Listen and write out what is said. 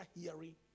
hearing